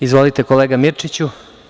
Izvolite, kolega Mirčiću.